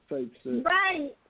Right